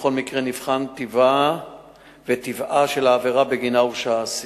ובכל מקרה נבחן טיבה וטבעה של העבירה שבגינה הורשע האסיר.